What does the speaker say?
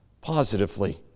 Positively